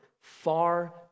far